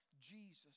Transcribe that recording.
Jesus